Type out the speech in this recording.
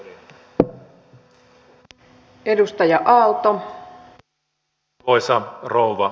arvoisa rouva puhemies